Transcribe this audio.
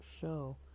show